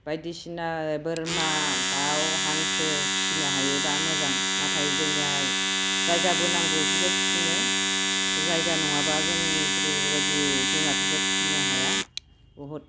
बायदिसिना बोरमा दाउ हांसो फिसिनो हायोबा मोजां नाथाय जोंनिया जायगाबो नांगौ बेफोरखौ फिसिनो जायगा नङाबा जों बेफोरबायदि जुनादफोरखौ फिसिनो हाया बुहुत